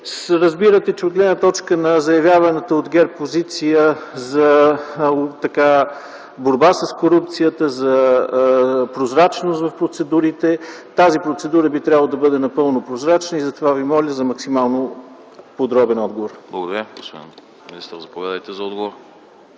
Разбирате, че от гледна точка на заявяваната от ГЕРБ позиция за борба с корупцията, за прозрачност в процедурите, тази процедура би трябвало да бъде напълно прозрачна и затова Ви моля за максимално подробен отговор. ПРЕДСЕДАТЕЛ АНАСТАС АНАСТАСОВ: Благодаря. Господин министър, заповядайте за отговор.